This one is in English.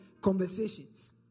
conversations